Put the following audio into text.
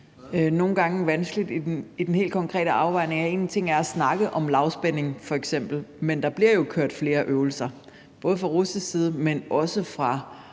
nogle gange også vanskeligt i den helt konkrete afvejning. En ting er at snakke om lavspænding f.eks., og der foregår jo flere øvelser fra russisk side, men også fra